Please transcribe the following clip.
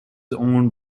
owned